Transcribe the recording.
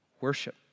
worship